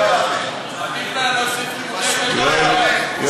לא ייאמן שהיית איש חינוך בישראל ואתה רואה את עצמך עד היום איש חינוך.